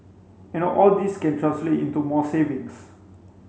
and all this can translate into more savings